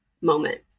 moment